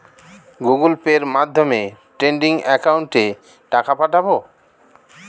Google পের মাধ্যমে trading একাউন্টে টাকা পাঠাবো?